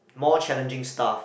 more challenging stuff